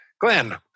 Glenn